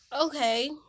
Okay